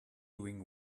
doing